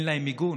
אין להם מיגון,